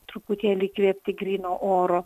truputėlį įkvėpti gryno oro